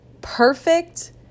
perfect